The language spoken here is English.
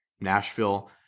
Nashville